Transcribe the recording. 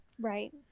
Right